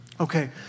Okay